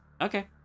Okay